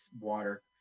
water